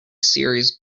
series